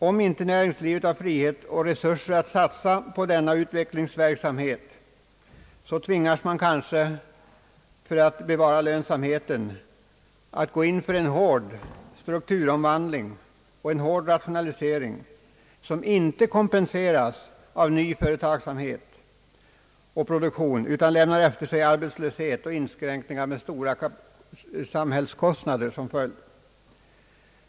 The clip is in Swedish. Om inte näringslivet har frihet och resurser att satsa på denna utvecklingsverksamhet tvingas man kanske för att bevara lönsamheten att gå in för en hård strukturomvandling och rationalisering som inte kompenseras av ny företagsamhet och produktion utan lämnar efter sig arbetslöshet och inskränkningar med stora samhällskostnader som följd.